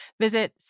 Visit